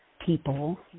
people